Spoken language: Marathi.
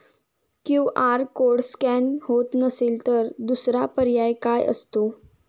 क्यू.आर कोड स्कॅन होत नसेल तर दुसरा पर्याय काय असतो?